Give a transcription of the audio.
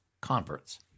converts